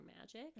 magic